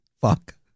Fuck